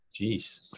Jeez